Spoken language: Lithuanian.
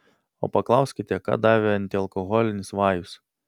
o paklauskite ką davė antialkoholinis vajus